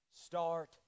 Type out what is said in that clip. start